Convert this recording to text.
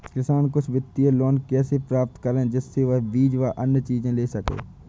किसान कुछ वित्तीय लोन कैसे प्राप्त करें जिससे वह बीज व अन्य चीज ले सके?